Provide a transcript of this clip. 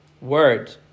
word